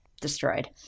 Destroyed